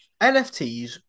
NFTs